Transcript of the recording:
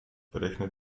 berechne